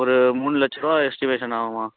ஒரு மூணு லட்சரூபா எஸ்டிமேஷன் ஆகும்மா